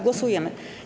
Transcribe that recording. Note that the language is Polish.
Głosujemy.